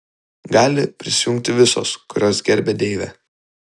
gali prisijungti visos kurios gerbia deivę